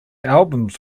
albums